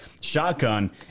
shotgun